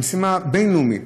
זו משימה בין-לאומית,